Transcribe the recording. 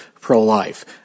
pro-life